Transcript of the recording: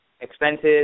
expenses